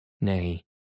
Nay